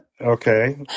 Okay